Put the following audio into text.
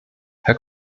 herr